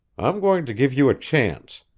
i'm going to give you a chance.